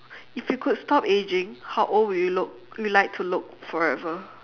if you could stop ageing how old would you look would like to look forever